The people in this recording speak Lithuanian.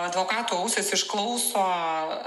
advokatų ausys išklauso